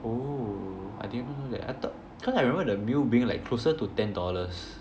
oh I didn't know that I thought cause I remember the meal being like closer to ten dollars